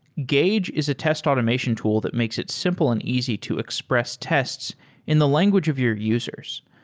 gauge is a test automation tool that makes it simple and easy to express tests in the language of your users.